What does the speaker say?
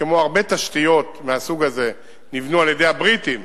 שכמו הרבה תשתיות מהסוג הזה נבנו על-ידי הבריטים